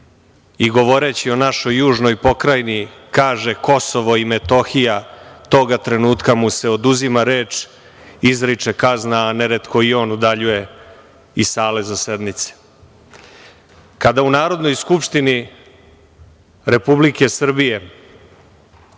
i govoreći o našoj južnoj pokrajini kaže Kosovo i Metohija, toga trenutka mu se oduzima reč, izriče kazna, a neretko i on udaljuje iz sale za sednice. Kada u Narodnoj skupštini Republike Srbije